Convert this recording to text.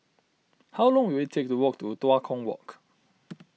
how long will it take to walk to Tua Kong Walk